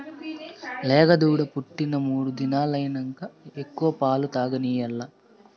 లేగదూడ పుట్టి మూడు దినాలైనంక ఎక్కువ పాలు తాగనియాల్ల